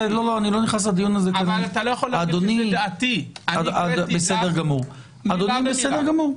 אני הקראתי דף מילה במילה.